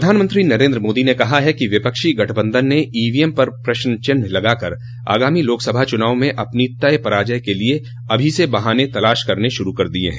प्रधानमंत्री नरेन्द्र मोदी ने कहा है कि विपक्षी गठबंधन ने ईवीएम पर प्रश्न चिन्ह लगाकर आगामी लोकसभा चूनाव में अपनी तय पराजय के लिए अभी से बहाने तलाश करने शूरू कर दिये हैं